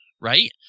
right